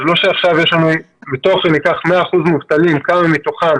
אם ניקח 100% מובטלים עכשיו ונראה כמה מתוכם